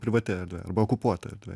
privati erdvė arba okupuota erdvė